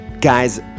Guys